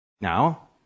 Now